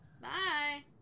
Bye